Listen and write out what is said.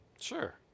Sure